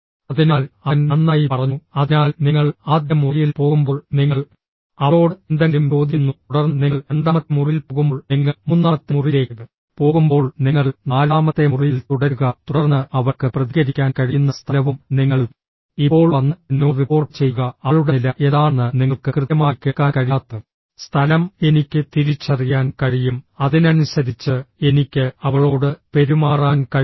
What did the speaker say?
അതിനാൽ അവൻ നന്നായി പറഞ്ഞു അതിനാൽ നിങ്ങൾ ആദ്യ മുറിയിൽ പോകുമ്പോൾ നിങ്ങൾ അവളോട് എന്തെങ്കിലും ചോദിക്കുന്നു തുടർന്ന് നിങ്ങൾ രണ്ടാമത്തെ മുറിയിൽ പോകുമ്പോൾ നിങ്ങൾ മൂന്നാമത്തെ മുറിയിലേക്ക് പോകുമ്പോൾ നിങ്ങൾ നാലാമത്തെ മുറിയിൽ തുടരുക തുടർന്ന് അവൾക്ക് പ്രതികരിക്കാൻ കഴിയുന്ന സ്ഥലവും നിങ്ങൾ ഇപ്പോൾ വന്ന് എന്നോട് റിപ്പോർട്ട് ചെയ്യുക അവളുടെ നില എന്താണെന്ന് നിങ്ങൾക്ക് കൃത്യമായി കേൾക്കാൻ കഴിയാത്ത സ്ഥലം എനിക്ക് തിരിച്ചറിയാൻ കഴിയും അതിനനുസരിച്ച് എനിക്ക് അവളോട് പെരുമാറാൻ കഴിയും